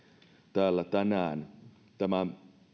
täällä tänään tämä